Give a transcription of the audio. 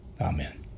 Amen